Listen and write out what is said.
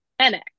NX